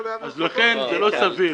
לכן זה לא סביר.